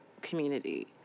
community